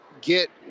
get